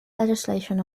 legislation